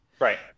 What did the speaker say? Right